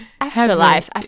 afterlife